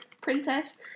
princess